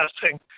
testing